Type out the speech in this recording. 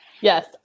Yes